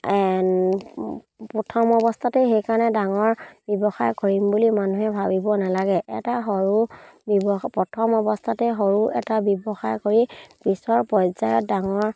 প্ৰথম অৱস্থাতেই সেইকাৰণে ডাঙৰ ব্যৱসায় কৰিম বুলি মানুহে ভাবিব নালাগে এটা সৰু ব্যৱসায় প্ৰথম অৱস্থাতে সৰু এটা ব্যৱসায় কৰি পিছৰ পৰ্যায়ত ডাঙৰ